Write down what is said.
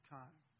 time